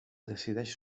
decideix